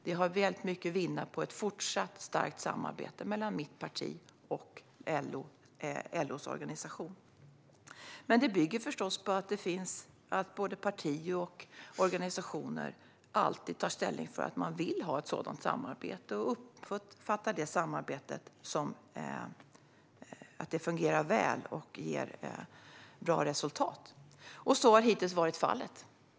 Det finns väldigt mycket att vinna på ett fortsatt starkt samarbete mellan mitt parti och LO:s organisation. Men det bygger förstås på att både parti och organisation alltid tar ställning för att man vill ha ett sådant samarbete och uppfattar det som att samarbetet fungerar väl och ger bra resultat. Så har hittills varit fallet.